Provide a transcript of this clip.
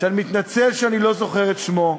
שאני מתנצל שאני לא זוכר את שמו,